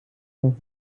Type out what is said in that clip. noch